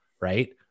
right